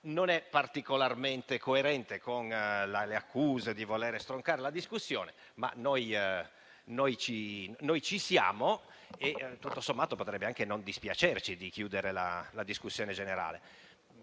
non è particolarmente coerente con le accuse di volere stroncare la discussione, ma noi ci stiamo e tutto sommato potrebbe anche non dispiacerci di chiudere la discussione generale.